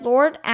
Lord